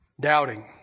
Doubting